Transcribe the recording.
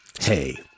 Hey